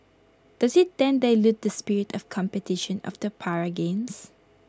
does IT then dilute the spirit of competition of the para games